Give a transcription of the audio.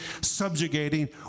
subjugating